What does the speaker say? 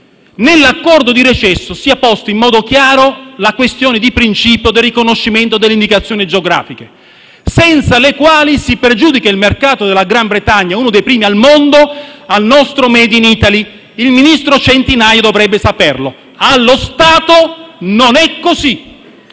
vedrà la luce, sia posta in modo chiaro la questione di principio del riconoscimento delle indicazioni geografiche senza le quali si pregiudica il mercato del Regno Unito, uno dei primi al mondo, al nostro *made in Italy*. Il ministro Centinaio dovrebbe saperlo: allo stato non è così,